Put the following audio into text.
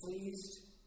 pleased